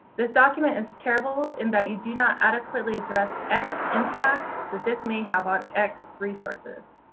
this document is terrible in that you do not adequately address x impacts that this may have on x resources.